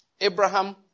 Abraham